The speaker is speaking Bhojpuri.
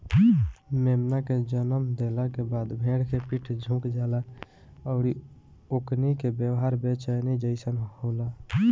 मेमना के जनम देहला के बाद भेड़ के पीठ झुक जाला अउरी ओकनी के व्यवहार बेचैनी जइसन होला